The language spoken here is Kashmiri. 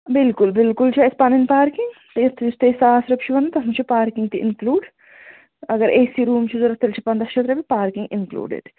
بِلکُل بِلکُل چھِ اَسہِ پَنٕنۍ پارکِنٛگ یُتھ أسۍ تۄہہِ ساس چھُ وَنان تَتھ منٛز چھِ پارکِنٛگ تہِ اِنکٕلوٗڈ اَگر اے سی روٗم چھُو ضوٚرَتھ تیٚلہِ چھِ پنٛداہ شیٚتھ رۄپیہِ پارکِنٛگ اِنکٕلوٗڈٕڈ